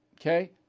okay